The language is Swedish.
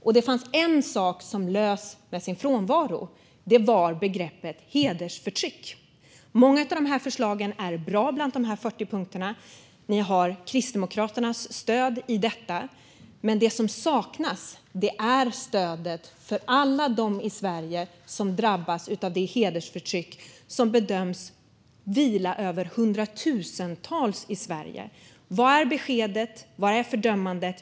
Men det finns en sak som lyser med sin frånvaro, och det är begreppet hedersförtryck. Många av förslagen i dessa 40 punkter är bra. Ni har Kristdemokraternas stöd i detta, Stefan Löfven. Det som saknas är ert stöd till alla de hundratusentals som bedöms leva under hedersförtryck i Sverige. Vad är beskedet? Var är fördömandet?